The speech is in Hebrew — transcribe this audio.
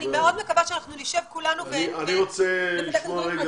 אני מאוד מקווה שאנחנו נשב כולנו ונדבר על הדברים.